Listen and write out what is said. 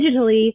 digitally